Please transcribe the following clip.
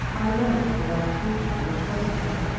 i love, as i have told you, your pleasantry.